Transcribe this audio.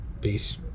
peace